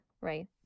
Right